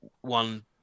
one